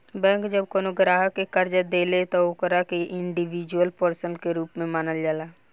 bank जब कवनो ग्राहक के कर्जा देले त ओकरा के इंडिविजुअल पर्सन के रूप में मानल जाला